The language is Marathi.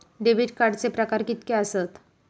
डेबिट कार्डचे प्रकार कीतके आसत?